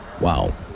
Wow